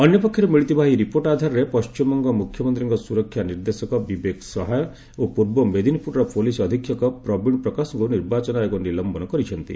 ଅନ୍ୟପକ୍ଷରେ ମିଳିଥିବା ଏହି ରିପୋର୍ଟ ଆଧାରରେ ପଣ୍ଢିମବଙ୍ଗ ମୁଖ୍ୟମନ୍ତ୍ରୀଙ୍କର ସୁରକ୍ଷା ନିର୍ଦ୍ଦେଶକ ବିବେକ ସହାୟ ଓ ପୂର୍ବ ମେଦିନୀପୁରର ପୋଲିସ ଅଧୀକ୍ଷକ ପ୍ରବୀଣ ପ୍ରକାଶଙ୍କୁ ନିର୍ବାଚନ ଆୟୋଗ ନିଲମ୍ଘନ କରିଛନ୍ତି